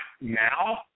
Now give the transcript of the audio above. now